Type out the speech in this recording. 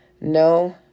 No